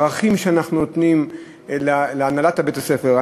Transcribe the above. הערכים שאנחנו נותנים להנהלת בית-הספר?